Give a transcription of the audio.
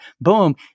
Boom